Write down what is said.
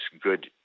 good